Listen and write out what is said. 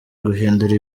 guhindura